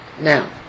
Now